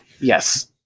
Yes